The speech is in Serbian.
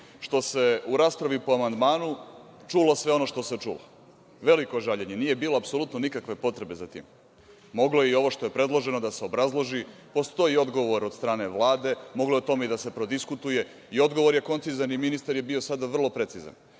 što se u raspravi po amandmanu čulo sve ono što se čulo. Veliko žaljenje. Nije bilo apsolutno nikakve potrebe za tim. Moglo je i ovo što je predloženo da se obrazloži. Postoji odgovor od strane Vlade, moglo je o tome i da se prodiskutuje, odgovor je koncizan i ministar je bio sada vrlo precizan,